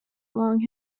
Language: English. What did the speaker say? long